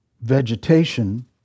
vegetation